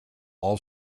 all